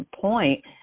point